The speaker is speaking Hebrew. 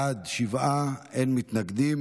בעד, שבעה, אין מתנגדים.